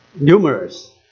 numerous